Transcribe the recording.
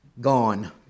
gone